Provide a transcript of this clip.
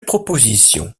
proposition